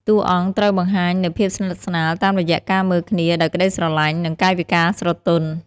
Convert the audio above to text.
តួអង្គត្រូវបង្ហាញនូវ ភាពស្និទ្ធស្នាល តាមរយៈការមើលគ្នាដោយក្តីស្រលាញ់ និងកាយវិការស្រទន់។